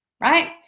right